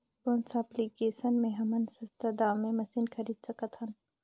कौन सा एप्लिकेशन मे हमन सस्ता दाम मे मशीन खरीद सकत हन?